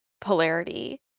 polarity